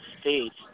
States